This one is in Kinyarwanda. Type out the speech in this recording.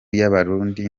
y’abarundi